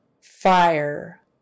fire